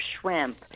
shrimp